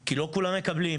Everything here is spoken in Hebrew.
כי לא כולם מקבלים,